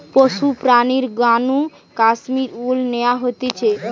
পশুর প্রাণীর গা নু কাশ্মীর উল ন্যাওয়া হতিছে